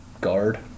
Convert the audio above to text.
guard